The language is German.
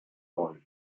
wald